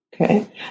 Okay